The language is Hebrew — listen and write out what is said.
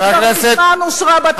שכבר מזמן אושרה בתקציב,